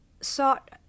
sought